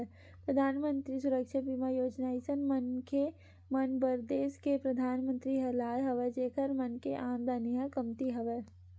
परधानमंतरी सुरक्छा बीमा योजना अइसन मनखे मन बर देस के परधानमंतरी ह लाय हवय जेखर मन के आमदानी ह कमती हवय